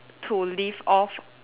to live of